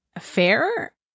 Fair